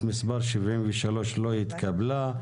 הצבעה לא אושרה הסתייגות מספר 63 לא התקבלה,